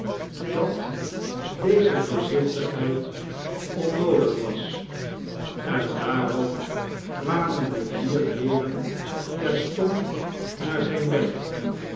dat deze voorzichtigheid onnoodig was en daarop kwamen de vier heeren terstond naar zijn bed